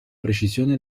precisione